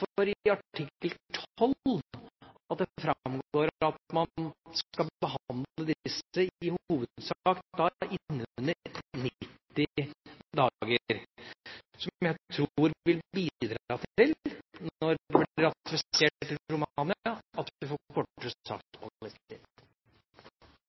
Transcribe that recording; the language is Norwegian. i artikkel 12 at man skal behandle disse, i hovedsak, innen 90 dager, som jeg tror vil bidra til – når den blir ratifisert i Romania – at vi får